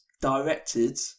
directed